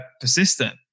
persistent